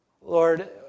Lord